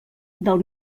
del